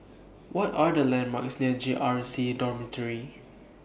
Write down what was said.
What Are The landmarks near J R C Dormitory